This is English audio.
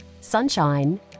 sunshine